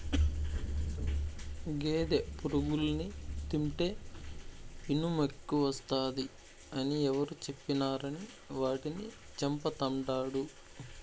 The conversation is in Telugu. గేదె పురుగుల్ని తింటే ఇనుమెక్కువస్తాది అని ఎవరు చెప్పినారని వాటిని చంపతండాడు